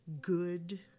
good